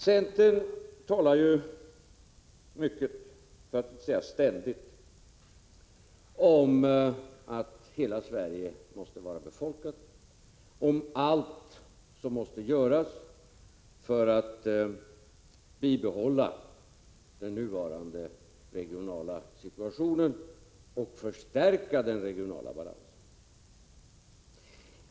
Centern talar mycket, för att inte säga ständigt, om att hela Sverige måste vara befolkat — om allt som måste göras för att bibehålla den nuvarande regionala situationen och förstärka den regionala balansen.